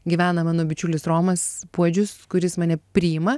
gyvena mano bičiulis romas puodžius kuris mane priima